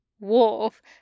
Wolf